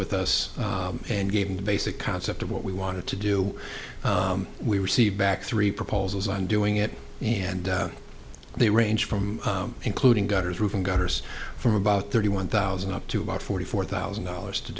with us and gave them the basic concept of what we wanted to do we received back three proposals on doing it and they range from including gutters roof and gutters from about thirty one thousand up to about forty four thousand dollars to